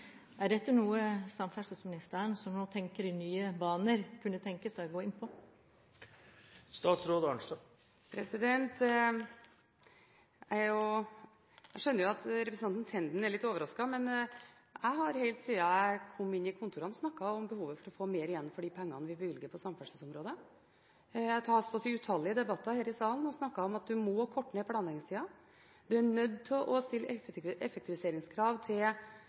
Er dette noe samferdselsministeren, som nå tenker i nye baner, kunne tenke seg å gå inn på? Jeg skjønner at representanten Tenden er litt overrasket, men jeg har helt siden jeg kom inn i kontorene snakket om behovet for å få mer igjen for de pengene vi bevilger på samferdselsområdet. Jeg har vært i utallige debatter her i salen og snakket om at man må korte ned planleggingstida, man er nødt til å stille effektiviseringskrav til